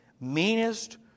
meanest